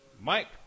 Mike